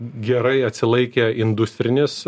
gerai atsilaikė industrinės